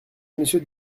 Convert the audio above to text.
monsieur